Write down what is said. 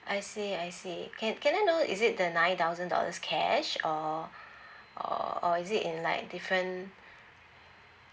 I see I see can can I know is it the nine thousand dollars cash or or or is it in like different